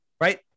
right